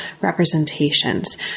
representations